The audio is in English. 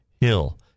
Hill